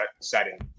setting